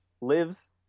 lives